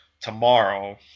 tomorrow